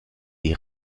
die